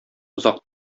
озак